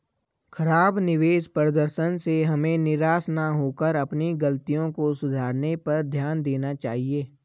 खराब निवेश प्रदर्शन से हमें निराश न होकर अपनी गलतियों को सुधारने पर ध्यान देना चाहिए